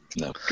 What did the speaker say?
No